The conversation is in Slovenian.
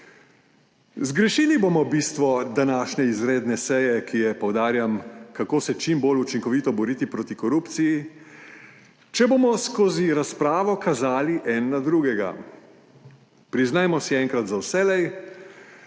Zgrešili bomo bistvo današnje izredne seje, ki je, poudarjam, kako se čim bolj učinkovito boriti proti korupciji. Če bomo skozi razpravo kazali eden na drugega. Priznajmo si enkrat za vselej,